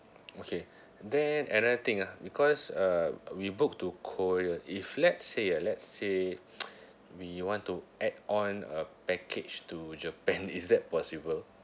okay then another thing ah because uh we book to korea if let's say ah let's say we want to add on a package to japan is that possible